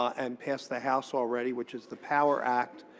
and passed the house already, which is the power act,